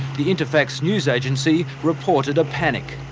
the interfax news agency reported a panic.